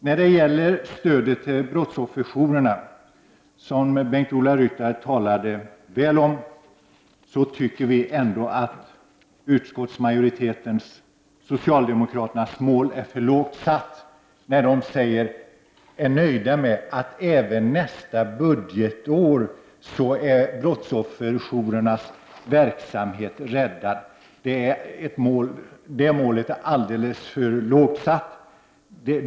När det gäller stödet till brottsofferjourerna, som Bengt-Ola Ryttar talade väl om, tycker vi att socialdemokraternas mål är för lågt satt när de är nöjda med att brottsofferjourernas verksamhet är räddad även för nästa budgetår. Det målet är alldeles för lågt satt.